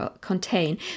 contain